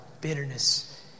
Bitterness